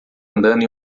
andando